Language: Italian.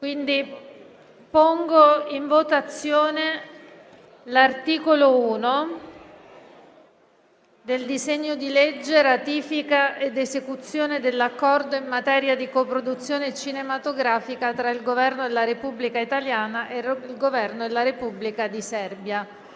il voto favorevole del Partito Democratico alla ratifica ed esecuzione dell'Accordo in materia di coproduzione cinematografica fra il Governo della Repubblica italiana e il Governo della Repubblica di Serbia.